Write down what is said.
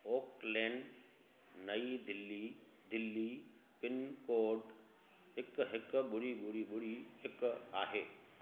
okay lane New Delhi Delhi pincode हिकु हिकु ॿुड़ी ॿुड़ी ॿुड़ी हिकु आहे